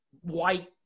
white